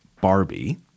Barbie